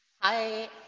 Hi